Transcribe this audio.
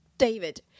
David